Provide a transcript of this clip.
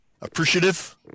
appreciative